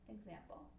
Example